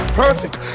perfect